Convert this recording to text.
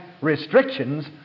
restrictions